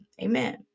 amen